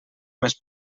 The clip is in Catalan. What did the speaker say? més